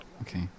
Okay